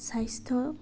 স্বাস্থ্য